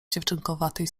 dziewczynkowatej